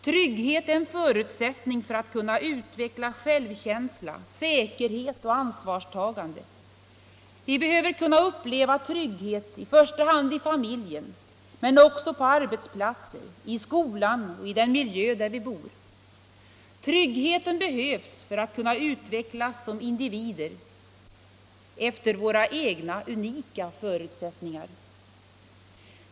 Trygghet är en förutsättning för att vi skall kunna utveckla självkänsla, säkerhet och ansvarstagande. Vi behöver kunna uppleva denna trygghet i första hand i familjen men också på arbetsplatser, i skolan och i den miljö där vi bor. Tryggheten behövs för att vi skall kunna utvecklas som individer efter våra egna unika förutsättningar.